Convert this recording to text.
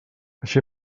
així